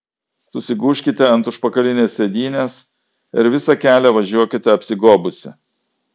susigūžkite ant užpakalinės sėdynės ir visą kelią važiuokite apsigobusi